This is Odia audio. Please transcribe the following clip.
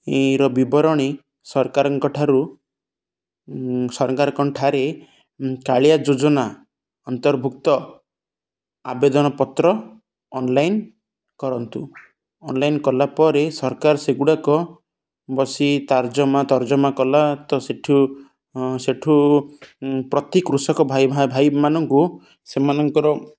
ର ବିବରଣୀ ସରକାରଙ୍କଠାରୁ ସରକାରଙ୍କଠାରେ କାଳିଆ ଯୋଜନା ଅନ୍ତର୍ଭୁକ୍ତ ଆବେଦନ ପତ୍ର ଅନ୍ଲାଇନ୍ କରନ୍ତୁ ଅନ୍ଲାଇନ୍ କଲାପରେ ସରକାର ସେଗୁଡ଼ାକ ବସି ତାର୍ଜମା ତର୍ଜମା କଲା ତ ସେଠୁ ସେଠୁ ପ୍ରତି କୃଷକ ଭାଇମାନଙ୍କୁ ସେମାନଙ୍କର